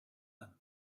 them